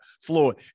Floyd